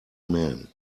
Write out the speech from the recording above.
man